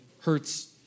hurts